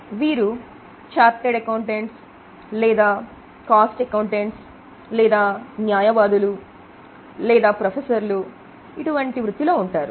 వీరు చార్టెడ్ అకౌంటెంట్లు లేదా కాస్ట్ అకౌంటెంట్లు లేదా న్యాయవాదులు లేదా ప్రొఫెసర్లు వంటి వృత్తిలో ఉంటారు